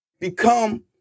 become